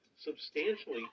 substantially